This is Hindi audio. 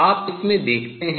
आप इसमें देखते हैं